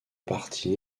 parties